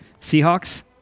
Seahawks